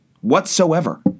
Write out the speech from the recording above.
whatsoever